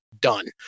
Done